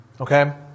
Okay